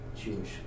Jewish